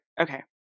okay